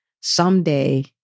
someday